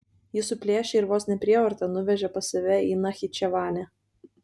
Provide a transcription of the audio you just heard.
jį suplėšė ir vos ne prievarta nuvežė pas save į nachičevanę